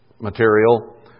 material